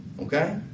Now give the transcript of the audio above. Okay